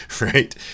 right